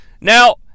Now